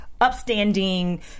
upstanding